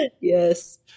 Yes